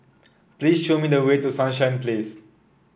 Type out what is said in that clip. please show me the way to Sunshine Place